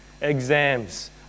Exams